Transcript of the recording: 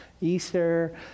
Easter